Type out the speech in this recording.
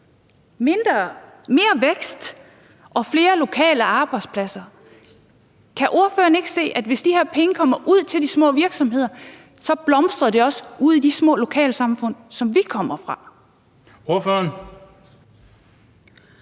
mere vækst og flere lokale arbejdspladser. Kan ordføreren ikke se, at hvis de her penge kommer ud til de små virksomheder, så blomstrer det også ude i de små lokalsamfund, som vi kommer fra? Kl.